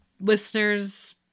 Listeners